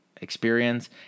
experience